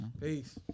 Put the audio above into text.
Peace